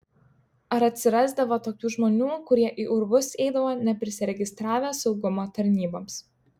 ar atsirasdavo tokių žmonių kurie į urvus eidavo neprisiregistravę saugumo tarnyboms